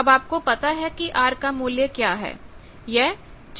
अब आपको पता है कि R का मूल्य क्या है